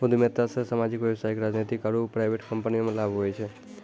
उद्यमिता से सामाजिक व्यवसायिक राजनीतिक आरु प्राइवेट कम्पनीमे लाभ हुवै छै